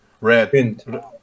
Red